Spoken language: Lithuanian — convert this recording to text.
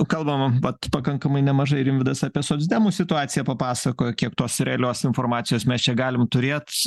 kalbama vat pakankamai nemažai rimvydas apie socdemų situaciją papasakojo kiek tos realios informacijos mes čia galim turėt